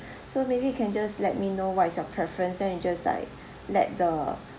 so maybe you can just let me know what is your preference then you just like let the